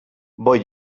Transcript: voy